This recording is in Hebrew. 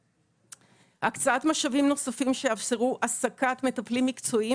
הקצאת משאבים נוספים שיאפשרו העסקת מטפלים מקצועיים